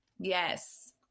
Yes